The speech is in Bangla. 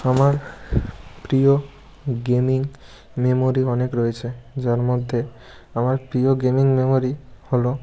আমার প্রিয় গেমিং মেমোরি অনেক রয়েছে যার মধ্যে আমার প্রিয় গেমিং মেমোরি হল